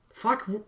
Fuck